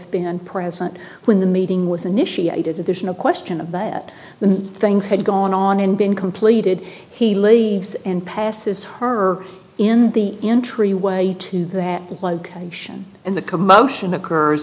been present when the meeting was initiated that there's no question of that the things had gone on and been completed he leaves and passes her in the entryway to that location and the commotion occurs